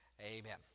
Amen